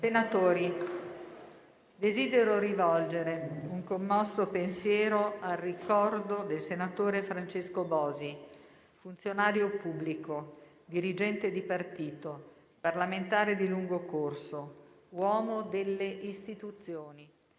Senatori, desidero rivolgere un commosso pensiero al ricordo del senatore Francesco Bosi, funzionario pubblico, dirigente di partito, parlamentare di lungo corso, uomo delle istituzioni.